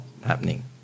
happening